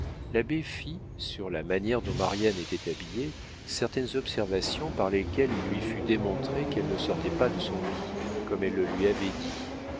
l'abbé fit sur la manière dont marianne était habillée certaines observations par lesquelles il lui fut démontré qu'elle ne sortait pas de son lit comme elle le lui avait dit